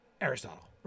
Aristotle